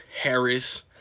Harris